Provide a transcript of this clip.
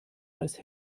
als